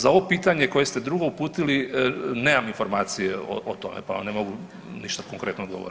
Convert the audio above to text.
Za ovo pitanje koje ste drugo uputili nemam informacije o tome pa vam ne mogu ništa konkretno ogovoriti.